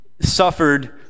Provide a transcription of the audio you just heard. suffered